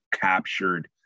captured